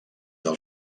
del